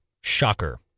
Shocker